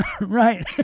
Right